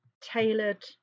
tailored